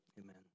Amen